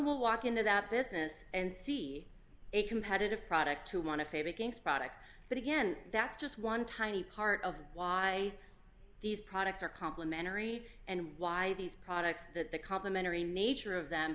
will walk into that business and see a competitive product to want to favorite games product but again that's just one tiny part of why these products are complimentary and why these products that the complimentary nature of them